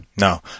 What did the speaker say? no